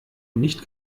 nicht